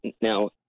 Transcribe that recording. now